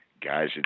guys